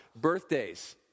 birthdays